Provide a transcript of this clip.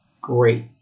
great